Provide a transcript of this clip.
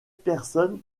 personnes